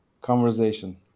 conversation